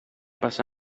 passa